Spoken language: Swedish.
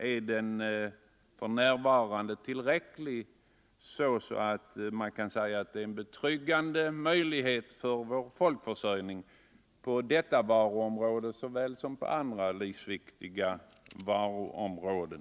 Är den för närvarande tillräcklig, så att man kan säga att det är en betryggande beredskap för folkförsörjningen på detta varuområde såväl som på andra livsviktiga varuområden?